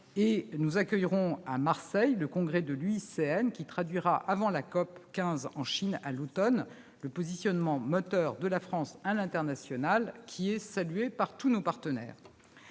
Nous accueillerons à Marseille le congrès de l'UICN, qui traduira avant la COP15 Biodiversité en Chine, à l'automne, le positionnement moteur de la France à l'international, salué par tous nos partenaires.